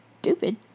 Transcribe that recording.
stupid